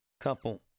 couple